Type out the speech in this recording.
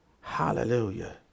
Hallelujah